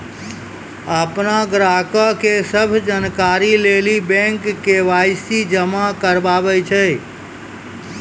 अपनो ग्राहको के सभ जानकारी लेली बैंक के.वाई.सी जमा कराबै छै